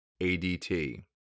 ADT